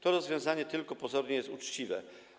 To rozwiązanie tylko pozornie jest uczciwe.